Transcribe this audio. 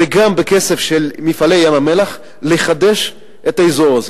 וגם בכסף של "מפעלי ים-המלח" לחדש את האזור הזה.